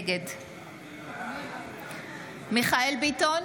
נגד מיכאל מרדכי ביטון,